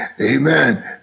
Amen